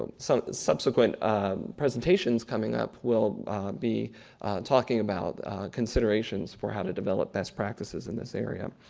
um so subsequent presentations coming up will be talking about considerations for how to develop best practices in this area.